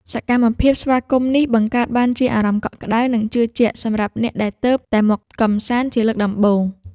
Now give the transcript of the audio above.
សកម្មភាពស្វាគមន៍នេះបង្កើតបានជាអារម្មណ៍កក់ក្ដៅ និងជឿជាក់សម្រាប់អ្នកដែលទើបតែមកកម្សាន្តជាលើកដំបូង។